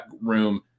room